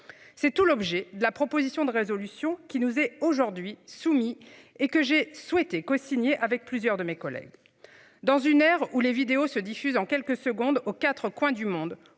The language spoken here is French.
C'est tout l'objet de la proposition de résolution qui nous est aujourd'hui soumis et que j'ai souhaité cosigné avec plusieurs de mes collègues. Dans une ou les vidéos se diffuse en quelques secondes aux 4 coins du monde